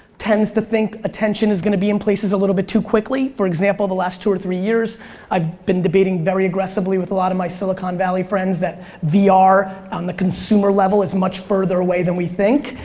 tends to think attention is gonna be in places a little bit too quickly. for example, the last two or three years i've been debating very aggressively with a lot of my silicon valley friends that vr on the consumer level is much further away than we think.